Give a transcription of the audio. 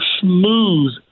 smooth